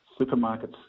supermarkets